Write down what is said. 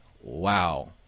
wow